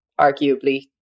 arguably